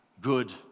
Good